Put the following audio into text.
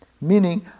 meaning